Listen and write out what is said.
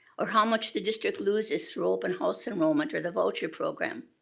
or how much the district looses through open-house enrollment or the voucher program?